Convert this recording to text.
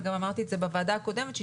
וגם אמרתי את זה בוועדה הקודמת,